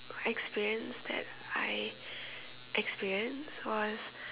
experience that I experienced was